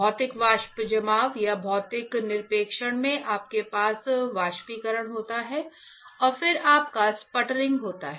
भौतिक वाष्प जमाव या भौतिक निक्षेपण में आपके पास वाष्पीकरण होता है और फिर आपका स्पटरिंग होता है